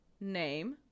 name